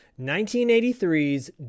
1983's